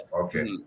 okay